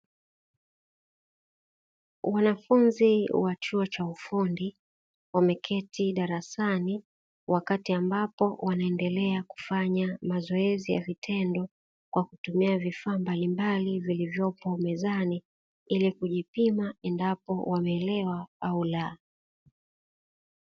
Wanafunzi wa chuo cha ufundi wameketi darasani wakati ambapo wanaendelea kufanya mazoezi ya vitendo, kwa kutumia vifaa mbalimbali vilivyopo mezani ili kujipima endapo wameelewa au laa.